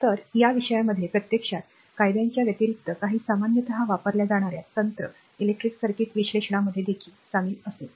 तर या विषयामध्ये प्रत्यक्षात कायद्यांच्या व्यतिरिक्त काही सामान्यतः वापरल्या जाणार्या तंत्र इलेक्ट्रिक सर्किट विश्लेषणामध्ये देखील सामील असेल